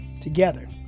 Together